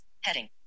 heading